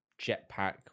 jetpack